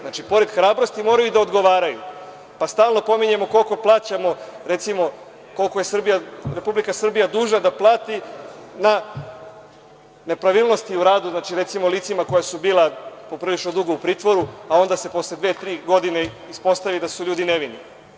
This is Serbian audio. Znači, pored hrabrosti moraju da odgovaraju, pa stalno pominjemo koliko plaćamo recimo, koliko je Srbija dužna da plati na nepravilnosti u radu, recimo, licima koja su bila poprilično dugo u pritvoru, a onda se posle dve, tri godine ispostavi da su ljudi nevini.